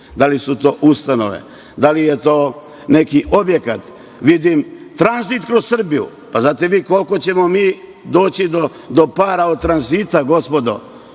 da li su to ustanove, da li je to neki objekat, vidim tranzit kroz Srbiju. Pa znate vi koliko ćemo mi doći do para od tranzita, gospodo?